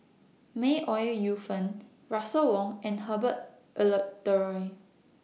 May Ooi Yu Fen Russel Wong and Herbert Eleuterio